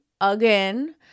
again